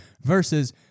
versus